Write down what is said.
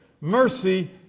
Mercy